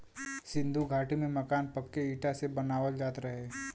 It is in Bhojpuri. सिन्धु घाटी में मकान पक्के इटा से बनावल जात रहे